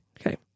Okay